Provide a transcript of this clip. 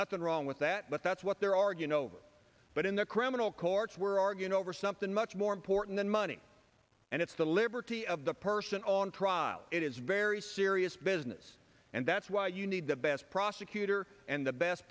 nothing wrong with that but that's what they're argue no but in the criminal courts we're arguing over something much more important than money and it's the liberty of the person on trial it is very serious business and that's why you need the best prosecutor and the best